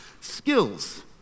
skills